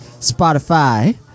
Spotify